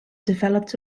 developed